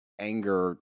anger